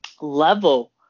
Level